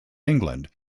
england